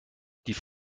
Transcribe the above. die